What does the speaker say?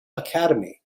academy